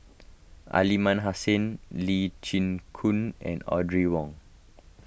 Aliman Hassan Lee Chin Koon and Audrey Wong